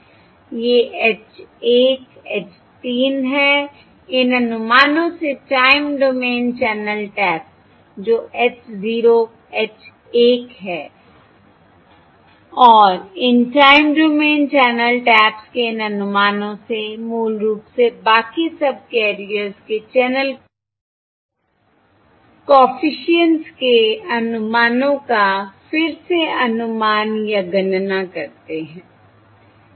ये H 1 H 3 हैं इन अनुमानों से टाइम डोमेन चैनल टैप्स जो h 0 h 1 है और इन टाइम डोमेन चैनल टैप्स के इन अनुमानों से मूल रूप से बाकी सबकैरियर्स के चैनल कॉफिशिएंट्स के अनुमानों का फिर से अनुमान या गणना करते हैं